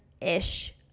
ish